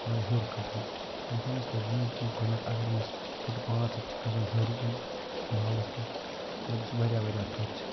مطلب ہیٚور کھسنُک اِنسانَس پَزِ ییٖژ تیٖژ گۄڈٕنٮ۪تھ اَگر أمِس فُٹہٕ پانٛژھ ہَتھ چھِ کھسُن ہیٚور کُن بالَس پٮ۪ٹھ مطلب یُس واریاہ واریاہ تھوٚد چھِ